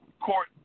court